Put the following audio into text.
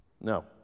No